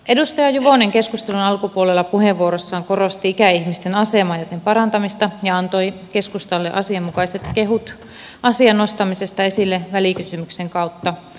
edustaja juvonen keskustelun alkupuolella puheenvuorossaan korosti ikäihmisten asemaa ja sen parantamista ja antoi keskustalle asianmukaiset kehut asian nostamisesta esille välikysymyksen kautta